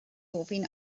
ofyn